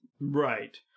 right